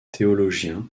théologien